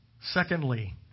secondly